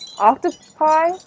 Octopi